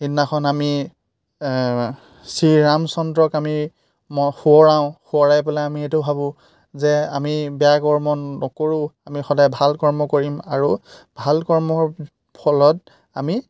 সিদিনাখন আমি শ্ৰীৰামচন্দ্ৰক আমি ম সোঁৱৰাও সোঁৱৰাই পেলাই আমি এইটো ভাবোঁ যে আমি বেয়া কৰ্ম নকৰোঁ আমি সদায় ভাল কৰ্ম কৰিম আৰু ভাল কৰ্মৰ ফলত আমি